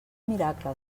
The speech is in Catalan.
miracle